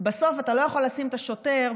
אתה לא יכול לשים את השוטר,